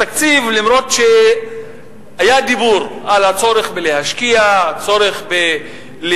בתקציב, למרות שהיה דיבור על הצורך להשקיע, על